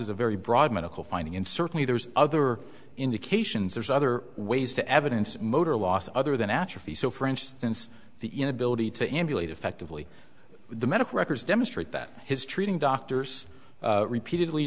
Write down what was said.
is a very broad medical finding and certainly there's other indications there's other ways to evidence motor loss other than atrophy so for instance the inability to emulate effectively the medical records demonstrate that his treating doctors repeatedly